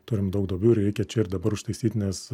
turim daug duobių reikia čia ir dabar užtaisyt nes